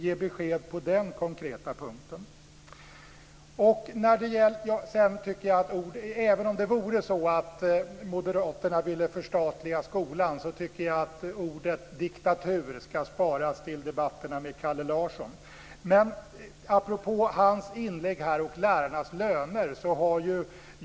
Ge besked på den konkreta punkten! Även om det vore så att Moderaterna ville förstatliga skolan ska ordet diktatur sparas till debatterna med Kalle Larsson. Han tog upp lärarnas löner i sitt inlägg.